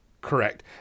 Correct